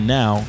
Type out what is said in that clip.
now